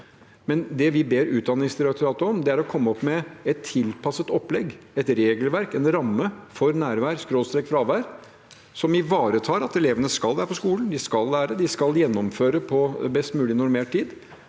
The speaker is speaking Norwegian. her. Det vi ber Utdanningsdirektoratet om, er å komme med et tilpasset opplegg, et regelverk, en ramme for nærvær/fravær som ivaretar at elevene skal være på skolen. De skal lære. De skal gjennomføre på best mulig normert tid,